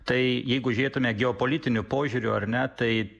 tai jeigu žiūrėtume geopolitiniu požiūriu ar ne tai